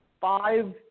Five